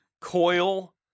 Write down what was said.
coil